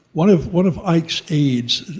one of one of ike's aids,